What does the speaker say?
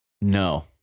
No